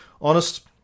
honest